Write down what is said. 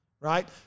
right